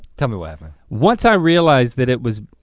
tell me what happened. once i realized that it was